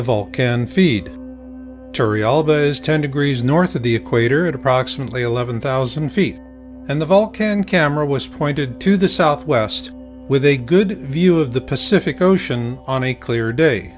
those ten degrees north of the equator at approximately eleven thousand feet and the vulcan camera was pointed to the southwest with a good view of the pacific ocean on a clear day